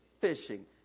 Fishing